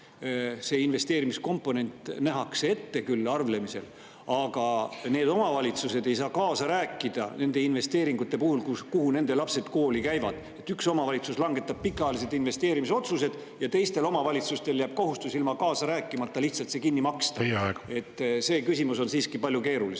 see investeerimiskomponent nähakse ette küll arvlemisel, aga need omavalitsused ei saa kaasa rääkida nende investeeringute puhul [seal, kus] nende lapsed koolis käivad. Üks omavalitsus langetab pikaajalised investeerimisotsused ja teistele omavalitsustele jääb kohustus ilma kaasa rääkimata see lihtsalt kinni maksta. See küsimus on siiski palju keerulisem.